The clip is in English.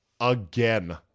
again